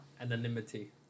anonymity